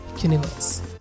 universe